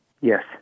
Yes